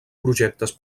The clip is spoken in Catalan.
projectes